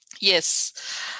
Yes